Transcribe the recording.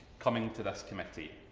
coming to this committee,